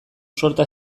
sorta